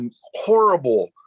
horrible